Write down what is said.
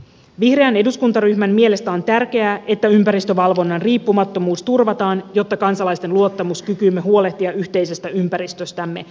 vihreän eduskuntaryhmän mielestä on tärkeää että ympäristövalvonnan riippumattomuus turvataan jotta kansalaisten luottamus kykyymme huolehtia yhteisestä ympäristöstämme säilyy